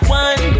one